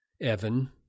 Evan